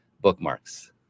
bookmarks